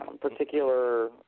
particular